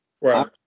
Right